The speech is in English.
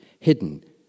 Hidden